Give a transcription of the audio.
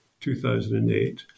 2008